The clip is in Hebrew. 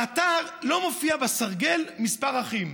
באתר לא מופיע בסרגל מספר האחים,